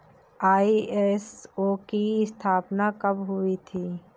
ISO की स्थापना कब हुई थी?